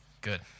Good